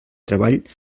treball